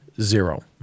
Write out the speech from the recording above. Zero